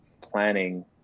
planning